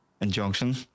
injunction